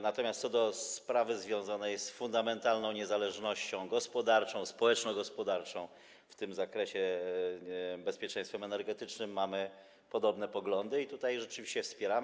Natomiast co do sprawy związanej z fundamentalną niezależnością gospodarczą, społeczno-gospodarczą w tym zakresie, z bezpieczeństwem energetycznym mamy podobne poglądy i tutaj rzeczywiście wspieramy to.